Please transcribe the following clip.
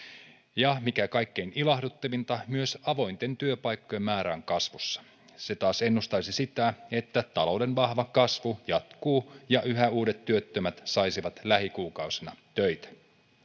ja mikä kaikkein ilahduttavinta myös avointen työpaikkojen määrä on kasvussa se taas ennustaisi sitä että talouden vahva kasvu jatkuu ja yhä uudet työttömät saisivat lähikuukausina töitä